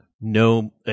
no